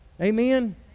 Amen